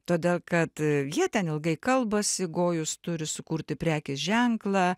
todėl kad jie ten ilgai kalbasi gojus turi sukurti prekės ženklą